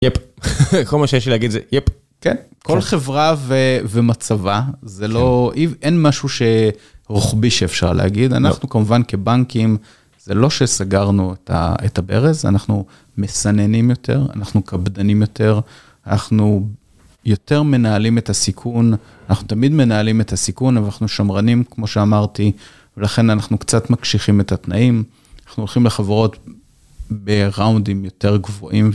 יפ, הכל מה שיש להגיד זה יפ. כן, כל חברה ומצבה זה לא... אין משהו רחבי שאפשר להגיד. אנחנו כמובן כבנקים, זה לא שסגרנו את הברז, אנחנו מסננים יותר, אנחנו קפדנים יותר, אנחנו יותר מנהלים את הסיכון, אנחנו תמיד מנהלים את הסיכון ואנחנו שמרנים כמו שאמרתי, לכן אנחנו קצת מקשיחים את התנאים, אנחנו הולכים לחברות בראונדים יותר גבוהים.